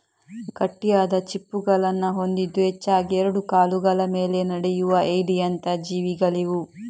ಗಟ್ಟಿಯಾದ ಚಿಪ್ಪುಗಳನ್ನ ಹೊಂದಿದ್ದು ಹೆಚ್ಚಾಗಿ ಎರಡು ಕಾಲುಗಳ ಮೇಲೆ ನಡೆಯುವ ಏಡಿಯಂತ ಜೀವಿಗಳಿವು